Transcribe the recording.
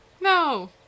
No